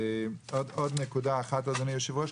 עוד נקודה אחת אדוני היושב ראש,